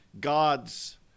gods